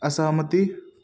असहमति